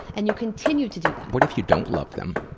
and you continue to do that. what if you don't love them.